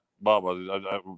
Baba